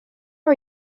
are